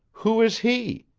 who is he?